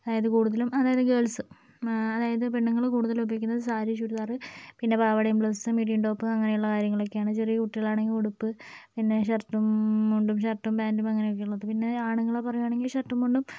അതായത് കൂടുതലും അതായത് ഗേൾസ് അതായത് പെണ്ണുങ്ങള് കൂടുതലും ഉപയോഗിക്കുന്നത് സാരി ചുരിദാറ് പിന്നെ പാവാടയും ബ്ലൗസും മിഡിയും ടോപ്പും അങ്ങനെയുള്ള കാര്യങ്ങളൊക്കെയാണ് ചെറിയ കുട്ടികളാണെങ്കിൽ ഉടുപ്പ് പിന്നെ ഷർട്ടും മുണ്ടും ഷർട്ടും പാൻറ്റും അങ്ങനെയൊക്കെയുള്ളത് പിന്നെ ആണുങ്ങളെ പറയുവാണെങ്കിൽ ഷർട്ടും മുണ്ടും